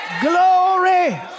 Glory